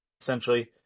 essentially